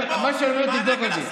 מה שאני אומר, תבדוק אותי.